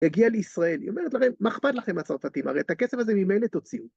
‫הגיע לישראל, היא אומרת לכם, ‫מה אכפת לכם, הצרפתים? ‫הרי את הכסף הזה ממילא תוציאו.